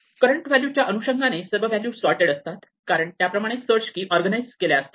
current value च्या अनुषंगाने सर्व व्हॅल्यू सोर्टेड असतात कारण त्या प्रमाणे सर्च की ऑरगॅनाइझ केल्या असतात